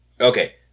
Okay